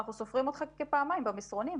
השנה או כל עוד אנחנו סופרים אנשים.